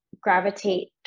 gravitate